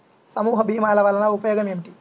సమూహ భీమాల వలన ఉపయోగం ఏమిటీ?